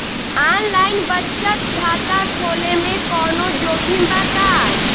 Online बचत खाता खोले में कवनो जोखिम बा का?